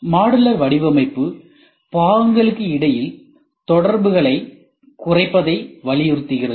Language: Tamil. மாடுலர் வடிவமைப்பு பாகங்களுக்கு இடையில் தொடர்புகளை குறைப்பதை வலியுறுத்துகிறது